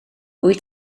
wyt